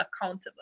accountable